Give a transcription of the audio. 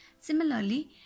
Similarly